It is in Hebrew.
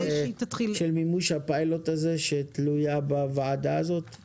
אין פעולה של מימוש הפיילוט הזה שתלויה בוועדה הזאת?